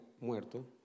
muerto